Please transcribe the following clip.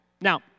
Now